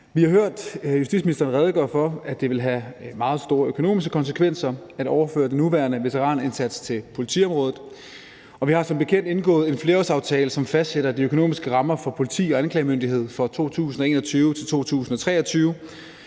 redegøre for, at det ville have meget store økonomiske konsekvenser at overføre den nuværende veteranindsats til politiområdet, og vi har som bekendt indgået en flerårsaftale, som fastsætter de økonomiske rammer for politi- og anklagemyndighed for 2021-2023